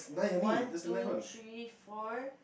one two three four